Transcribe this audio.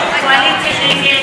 ההסתייגות (2)